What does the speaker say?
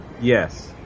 Yes